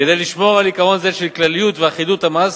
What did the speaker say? כדי לשמור על עיקרון זה של כלליות ואחידות המס,